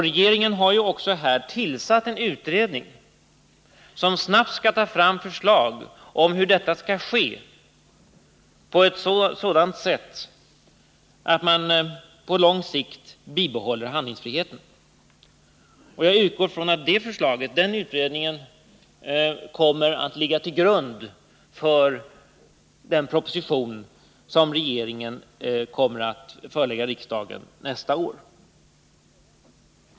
Regeringen har också här tillsatt en utredning som snabbt skall ta fram förslag om hur detta skall ske på ett sådant sätt att man på lång sikt bibehåller handlingsfriheten. Jag utgår från att den utredningen kommer att ligga till grund för den proposition som regeringen kommer att förelägga riksdagen nästa år.